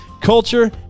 culture